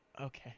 Okay